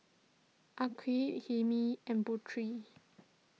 Aqil Hilmi and Putri